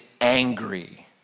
angry